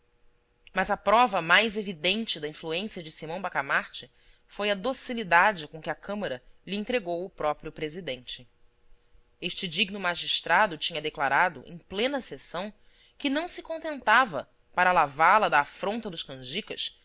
mas a prova mais evidente da influência de simão bacamarte foi a docilidade com que a câmara lhe entregou o próprio presidente este digno magistrado tinha declarado em plena sessão que não se contentava para lavá la da afronta dos canjicas